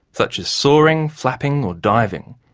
such as soaring, flapping or diving.